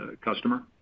customer